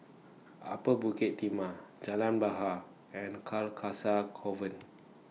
Upper Bukit Timah Jalan Bahar and Carcasa Convent